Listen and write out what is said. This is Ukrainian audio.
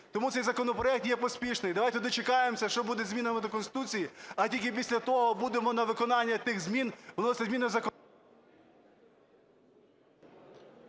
Тому цей законопроект є поспішний. Давайте дочекаємося, що буде зі змінами до Конституції, а тільки після того будемо на виконання тих змін